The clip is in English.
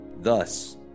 Thus